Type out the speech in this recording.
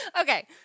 Okay